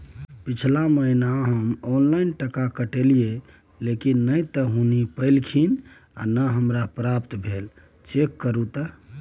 पिछला महीना हम ऑनलाइन टका कटैलिये लेकिन नय त हुनी पैलखिन न हमरा प्राप्त भेल, चेक करू त?